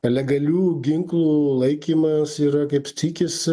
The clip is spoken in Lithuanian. legalių ginklų laikymas yra kaip tik jis